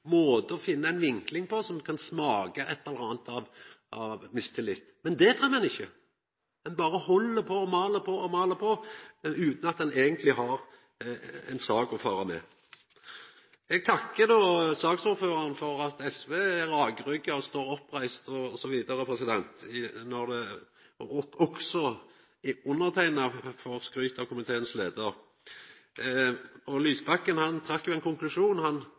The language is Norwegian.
måte å finna ei vinkling på, som kan smaka av mistillit på ein eller annan måte. Men det fremmer ein ikkje – ein berre held på og mel på og mel på utan at ein eigentleg har ei sak å fara med. Eg takkar saksordføraren for å seia at SV er rakrygga og står oppreist osv. Også underteikna får skryt av leiaren i komiteen. Lysbakken trekte ein konklusjon, han